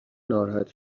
ناراحت